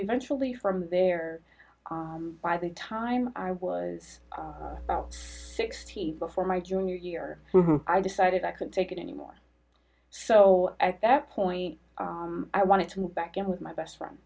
eventually from there by the time i was about sixteen before my junior year i decided i could take it anymore so at that point i wanted to move back in with my best friend